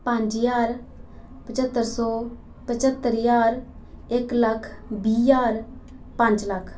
पंज ज्हार पंज्हत्तर सौ पंज्हत्तर ज्हार इक्क लक्ख बीह् ज्हार पंज लक्ख